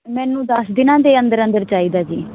ਮੈਨੂੰ ਦਸ ਦਿਨਾਂ ਦੇ ਅੰਦਰ ਅੰਦਰ ਚਾਈਦਾ ਜੀ